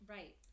Right